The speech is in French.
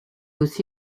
aussi